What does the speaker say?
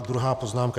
Druhá poznámka.